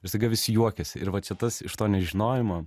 ir staiga visi juokiasi ir vat čia tas iš to nežinojimo